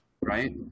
Right